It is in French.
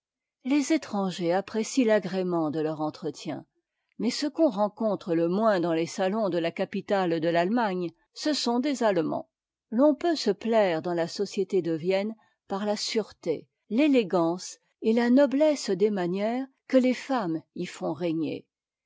les étrangers apprécient l'agrément de leur entretien mais ce qu'on rencontre le moins dans les salons de la capitale de l'allemagne ce sont des allemands l'on peut se plaire dans la société de vienne par la sûreté l'élégance et la noblesse des manières que les femmes y font régner